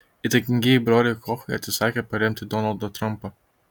įtakingieji broliai kochai atsisakė paremti donaldą trumpą